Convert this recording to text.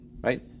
Right